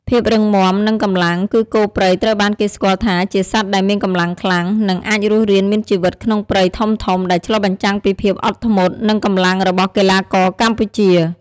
ភាពរឹងមាំ និងកម្លាំង គឺគោព្រៃត្រូវបានគេស្គាល់ថាជាសត្វដែលមានកម្លាំងខ្លាំង និងអាចរស់រានមានជីវិតក្នុងព្រៃធំៗ ដែលឆ្លុះបញ្ចាំងពីភាពអត់ធ្មត់ និងកម្លាំងរបស់កីឡាករកម្ពុជា។